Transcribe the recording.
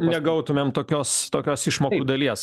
negautumėm tokios tokios išmokų dalies